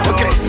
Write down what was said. Okay